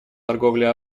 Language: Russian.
торговли